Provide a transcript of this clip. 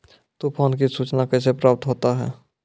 तुफान की सुचना कैसे प्राप्त होता हैं?